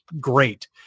great